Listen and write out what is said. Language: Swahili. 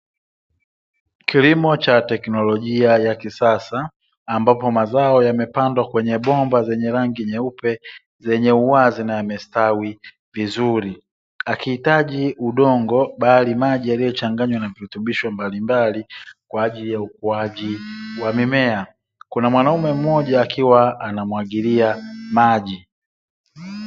Kilimo cha teknolojia ya kisasa, ambapo mazao yamepandwa kwenye bomba zenye rangi nyeupe, zenye uwazi na yamestawi vizuri, hakihitaji udongo, bali maji yaliyochanganywa na virutubisho mbalimbali, kwa ajili ya ukuaji wa mimea, kuna mwanaume mmoja akiwa anamwagilia maji.